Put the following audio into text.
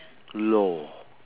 loh